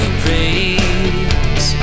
praise